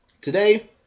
today